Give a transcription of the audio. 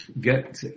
get